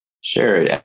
Sure